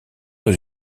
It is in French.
dans